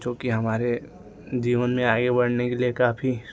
जो कि हमारे जीवन में आगे बढ़ने के लिए काफ़ी